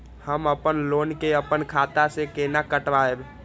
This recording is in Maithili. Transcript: हम अपन लोन के अपन खाता से केना कटायब?